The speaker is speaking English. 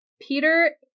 Peter